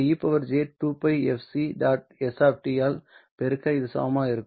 s ஆல் பெருக்க இது சமமாக இருக்கும்